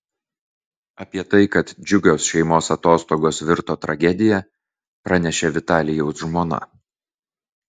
apie tai kad džiugios šeimos atostogos virto tragedija pranešė vitalijaus žmona